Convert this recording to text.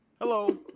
hello